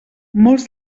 molts